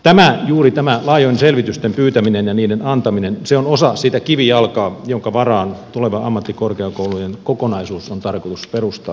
tämä juuri tämä laajojen selvitysten pyytäminen ja niiden antaminen on osa sitä kivijalkaa jonka varaan tuleva ammattikorkeakoulujen kokonaisuus on tarkoitus perustaa